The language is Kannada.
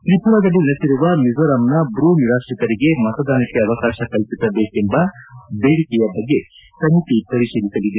ತ್ರಿಪುರಾದಲ್ಲಿ ನೆಲೆಸಿರುವ ಮಿಜೋರಾಂನ ಬ್ರೂ ನಿರಾತ್ರಿತರಿಗೆ ಮತದಾನಕ್ಕೆ ಅವಕಾಶ ಕಲ್ಪಿಸಬೇಕೆಂಬ ಬೇಡಿಕೆ ಬಗ್ಗೆ ಸಮಿತಿ ಪರಿಶೀಲಿಸಲಿದೆ